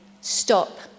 stop